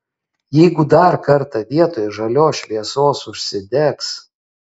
jeigu dar kartą vietoj žalios šviesos užsidegs